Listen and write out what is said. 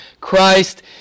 Christ